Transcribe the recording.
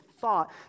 thought